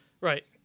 Right